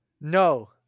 no